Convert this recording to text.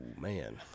man